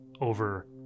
over